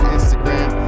Instagram